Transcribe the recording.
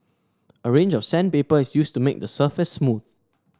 a range of sandpaper is used to make the surface smooth